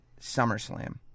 SummerSlam